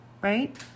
right